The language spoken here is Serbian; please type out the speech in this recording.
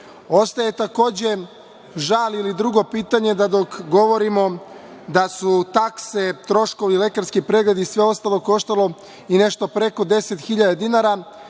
takođe žal ili drugo pitanje da dok govorimo da su takse, troškovi, lekarski pregledi i sve ostalo koštalo i nešto preko 10.000 dinara,